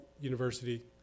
University